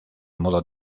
modo